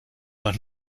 dos